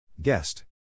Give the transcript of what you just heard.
Guest